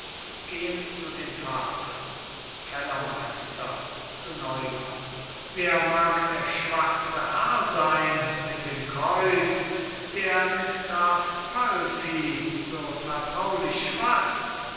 gehen zu den tafeln kellermeister zu neumann wer mag der schwarze herr sein mit dem kreuz der mit graf palffy so vertraulich schwatzt